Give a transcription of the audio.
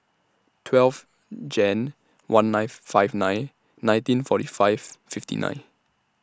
twelve Jan one ninth five nine nineteen forty five fifty nine